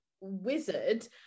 wizard